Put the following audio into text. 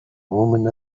woman